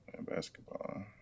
Basketball